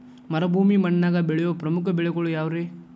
ಮರುಭೂಮಿ ಮಣ್ಣಾಗ ಬೆಳೆಯೋ ಪ್ರಮುಖ ಬೆಳೆಗಳು ಯಾವ್ರೇ?